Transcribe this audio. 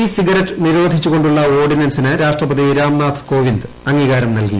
E cigarette നിരോധിച്ചു കൊണ്ടുള്ള ഓർഡിനൻസിന് രാഷ്ട്രപതി രാംനാഥ് കോവിന്ദ് അംഗീകാരം നല്കി